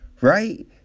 right